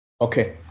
Okay